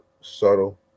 subtle